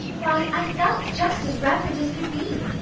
why, i felt just as reverent as could be.